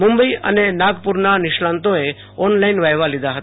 મુંબઈ અને નાગપરના નિષ્ણાંતોએ ઓનલાઈન વાઈવા લીધા હતા